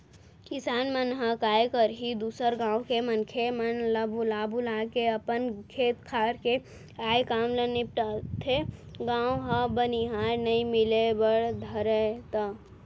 किसान मन ह काय करही दूसर गाँव के मनखे मन ल बुला बुलाके अपन खेत खार के आय काम ल निपटाथे, गाँव म बनिहार नइ मिले बर धरय त